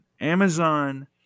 Amazon